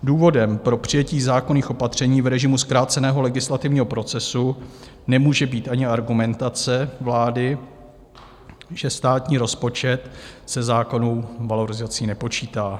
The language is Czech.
Důvodem pro přijetí zákonných opatření v režimu zkráceného legislativního procesu nemůže být ani argumentace vlády, že státní rozpočet se zákonnou valorizací nepočítá.